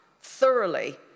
thoroughly